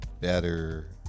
better